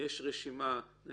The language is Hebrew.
יש רשימה של